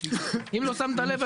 אם לא שמת לב,